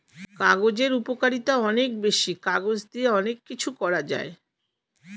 কাগজের উপকারিতা অনেক বেশি, কাগজ দিয়ে অনেক কিছু করা যায়